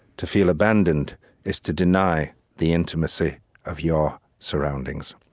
to feel abandoned is to deny the intimacy of your surroundings.